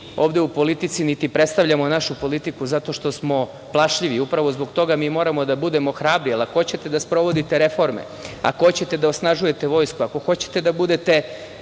ovde u politici niti predstavljamo našu politiku zato što smo plašljivi. Upravo zbog toga, mi moramo da budemo hrabri. Ako hoćete da sprovodite reforme, ako hoćete da osnažujete vojsku, ako hoćete da budete